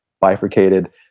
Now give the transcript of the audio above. bifurcated